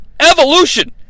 Evolution